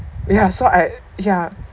ya so I yeah